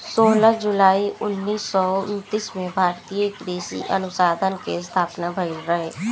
सोलह जुलाई उन्नीस सौ उनतीस में भारतीय कृषि अनुसंधान के स्थापना भईल रहे